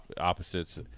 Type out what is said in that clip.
opposites